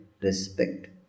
respect